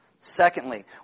Secondly